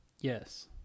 Yes